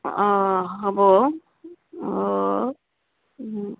অঁ হ'ব অঁ অঁ